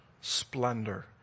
splendor